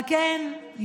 על כן,